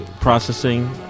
Processing